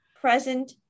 present